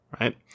Right